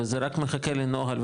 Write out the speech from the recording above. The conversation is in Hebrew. וזה רק מחכה לנוהל,